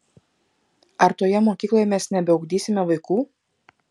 ar toje mokykloje mes nebeugdysime vaikų